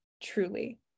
truly